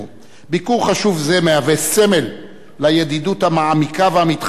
ביקור חשוב זה מהווה סמל לידידות המעמיקה והמתחזקת